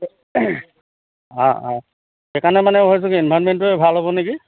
অ অ সেইকাৰণে মানে কৈছো কি এনভাইৰণমেণ্টোৱে ভাল হ'ব নেকি